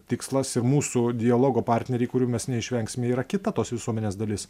tikslas ir mūsų dialogo partneriai kurių mes neišvengsime yra kita tos visuomenės dalis